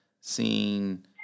seeing